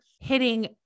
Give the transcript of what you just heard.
hitting